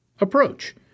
approach